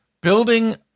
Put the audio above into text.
building